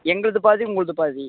எங்களுது பாதி உங்களுது பாதி